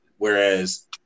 Whereas